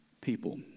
people